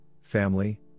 family